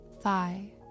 thigh